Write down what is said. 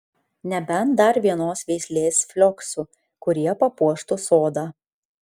nebent dar vienos veislės flioksų kurie papuoštų sodą